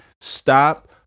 stop